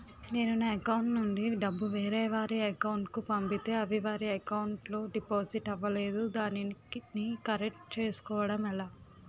నేను నా అకౌంట్ నుండి డబ్బు వేరే వారి అకౌంట్ కు పంపితే అవి వారి అకౌంట్ లొ డిపాజిట్ అవలేదు దానిని కరెక్ట్ చేసుకోవడం ఎలా?